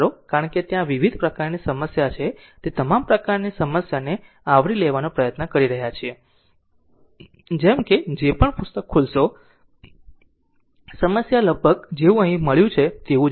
કારણ કે ત્યાં વિવિધ પ્રકારની સમસ્યા છે તે તમામ પ્રકારની સમસ્યાને આવરી લેવાનો પ્રયત્ન કરી રહી છે જેમ કે જે પણ પુસ્તક ખુલશે સમસ્યા લગભગ જેવું અહીં મળ્યું છે તે જેવી જ છે